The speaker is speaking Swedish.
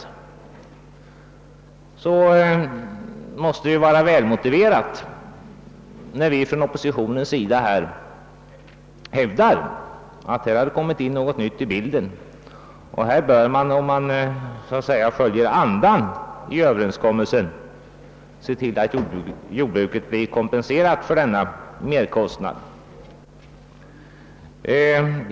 Under sådana förhållanden måste det vara välmotiverat när vi från oppositionens sida hävdar att det hade kommit in något nytt i bilden och att man, om man skall följa andan i överenskommelsen, bör se till att jordbruket blir kompenserat för den uppkomna merkostnaden.